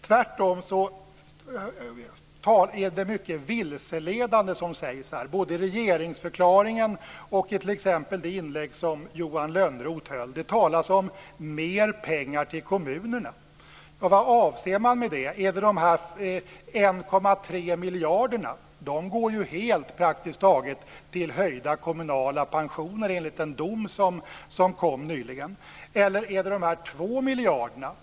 Tvärtom är det som sägs mycket vilseledande, både i regeringsförklaringen och t.ex. i det inlägg som Johan Lönnroth höll. Det talas om mer pengar till kommunerna. Vad avser man med det? Är det de 1,3 miljarderna? De går ju praktiskt taget helt till höjda kommunala pensioner enligt den dom som nyligen avkunnades. Eller är det de 2 miljarderna?